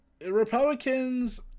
Republicans